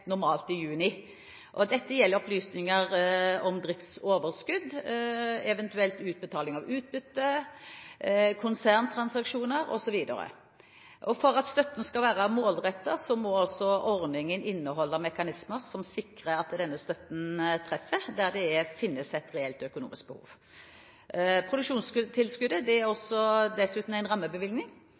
normalt i juni. Dette gjelder opplysninger om driftsoverskudd, eventuelt utbetaling av utbytte, konserntransaksjoner osv. For at støtten skal være målrettet, må ordningen inneholde mekanismer som sikrer at denne støtten treffer der det finnes et reelt økonomisk behov. Produksjonstilskuddet er dessuten en rammebevilgning,